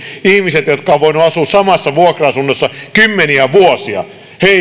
ihmisten jotka ovat voineet asua samassa vuokra asunnossa kymmeniä vuosia